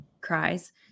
cries